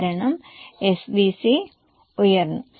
കാരണം SVC ഉയർന്നു